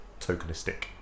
tokenistic